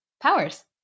Powers